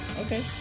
Okay